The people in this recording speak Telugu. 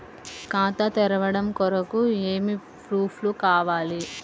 ఖాతా తెరవడం కొరకు ఏమి ప్రూఫ్లు కావాలి?